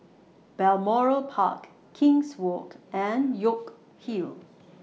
Balmoral Park King's Walk and York Hill